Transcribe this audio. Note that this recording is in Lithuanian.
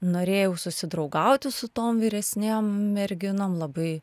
norėjau susidraugauti su tom vyresnėm merginom labai